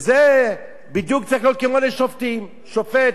וזה בדיוק צריך להיות כמו לשופטים, שופט,